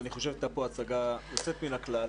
אני חושב שהייתה פה הצגה יוצאת מן הכלל.